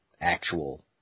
actual